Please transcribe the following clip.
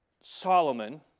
Solomon